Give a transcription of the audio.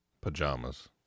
Pajamas